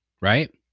Right